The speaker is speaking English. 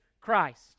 Christ